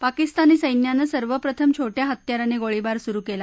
पाकिस्तानी सद्यानं सर्वात प्रथम छोट्या हत्याराने गोळीबार सुरु केला